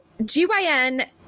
GYN